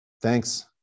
Thanks